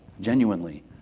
genuinely